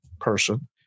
person